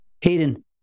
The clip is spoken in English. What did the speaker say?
Hayden